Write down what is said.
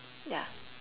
yeah